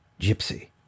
Gypsy